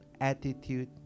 attitude